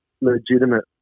legitimate